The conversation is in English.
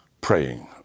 praying